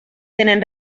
tenen